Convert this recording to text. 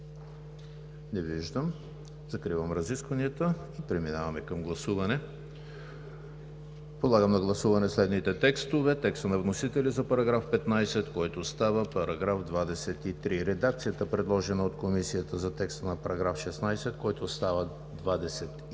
Не виждам. Закривам разискванията и преминаваме към гласуване. Подлагам на гласуване следните текстове: текста на вносителя за § 15, който става § 23; редакцията, предложена от Комисията за текста на § 16, който става §